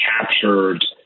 captured